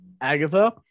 Agatha